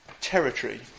territory